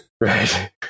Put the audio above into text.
Right